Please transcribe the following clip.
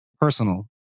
personal